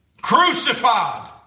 crucified